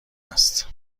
است